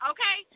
Okay